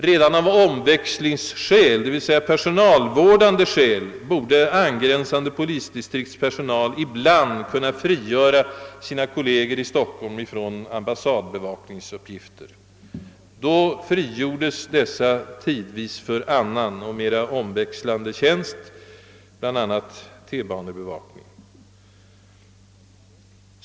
Redan av omväxlingsskäl, d.v.s. från personalvårdande synpunkt, borde angränsande polisdistrikts personal ibland kunna frigöra sina kolleger från ambassadbevakningsuppgifter. Då skulle dessa tidvis frigöras för annan och mera rörlig och omväxlande tjänst, bl.a. T-banebevakning.